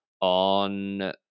on